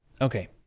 Okay